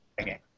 Okay